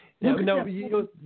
no